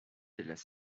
las